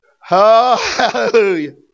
Hallelujah